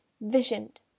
visioned